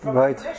right